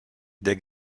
der